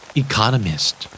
economist